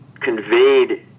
conveyed